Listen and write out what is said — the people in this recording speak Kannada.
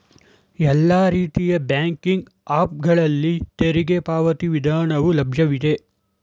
ಎಲ್ಲಾ ರೀತಿಯ ಬ್ಯಾಂಕಿಂಗ್ ಆಪ್ ಗಳಲ್ಲಿ ತೆರಿಗೆ ಪಾವತಿ ವಿಧಾನವು ಲಭ್ಯವಿದೆ